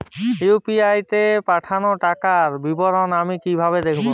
UPI তে পাঠানো টাকার বিবরণ আমি কিভাবে দেখবো?